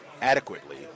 adequately